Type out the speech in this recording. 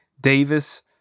Davis